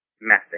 method